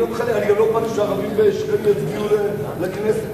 לא אכפת לי גם שהערבים בשכם יצביעו לכנסת,